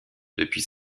depuis